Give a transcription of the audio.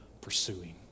pursuing